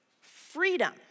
freedom